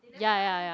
ya ya ya